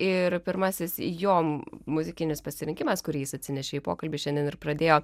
ir pirmasis jom muzikinis pasirinkimas kurį jis atsinešė į pokalbį šiandien ir pradėjo